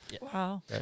Wow